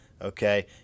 Okay